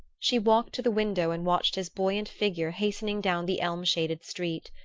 she walked to the window and watched his buoyant figure hastening down the elm-shaded street.